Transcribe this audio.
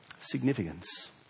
significance